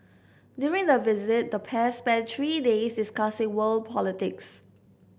during the visit the pair spent three days discussing world politics